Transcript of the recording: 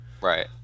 Right